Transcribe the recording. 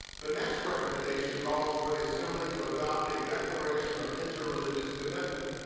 the next recommendation calls for the assembly to adopt a declaration of inter-religious commitment.